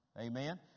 Amen